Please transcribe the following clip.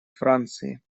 франции